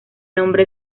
nombre